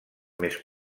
més